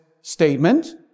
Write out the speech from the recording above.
statement